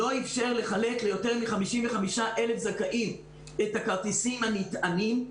לא אפשר לחלק ליותר מ-55,000 זכאים את הכרטיסים הנטענים.